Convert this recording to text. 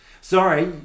Sorry